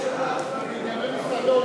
שר החקלאות, זה מענייני משרדו,